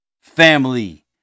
Family